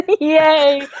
Yay